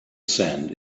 sand